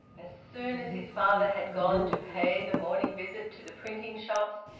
as soon as his father had gone to pay the morning visit to the printing shops,